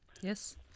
Yes